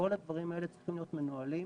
כל הדברים האלה צריכים להיות מנוהלים